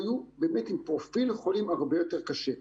היו עם פרופיל לחולים הרבה יותר קשים.